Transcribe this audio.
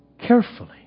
carefully